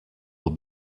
will